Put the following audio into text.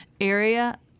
area